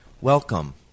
Welcome